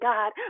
God